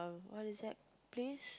what is that place